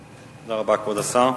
תודה רבה, כבוד השר.